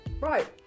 Right